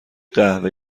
قهوه